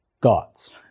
God's